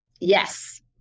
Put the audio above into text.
Yes